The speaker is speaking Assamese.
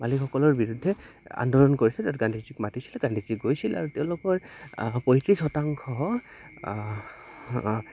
মালিকসকলৰ বিৰুদ্ধে আন্দোলন কৰিছিল তাত গান্ধীজীক মাতিছিল গান্ধীজী গৈছিল আৰু তেওঁলোকৰ পঁয়ত্ৰিছ শতাংশ